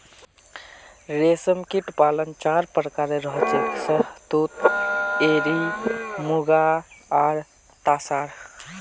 रेशमकीट पालन चार प्रकारेर हछेक शहतूत एरी मुगा आर तासार